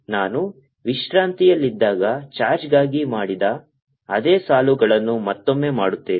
ನಾನು ವಿಶ್ರಾಂತಿಯಲ್ಲಿದ್ದಾಗ ಚಾರ್ಜ್ಗಾಗಿ ಮಾಡಿದ ಅದೇ ಸಾಲುಗಳನ್ನು ಮತ್ತೊಮ್ಮೆ ಮಾಡುತ್ತೇನೆ